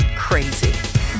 crazy